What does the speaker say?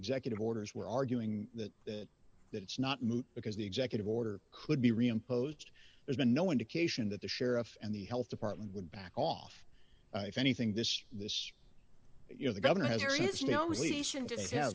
executive orders were arguing that that it's not moot because the executive order could be reimposed there's been no indication that the sheriff and the health department would back off if anything this this you know the governor has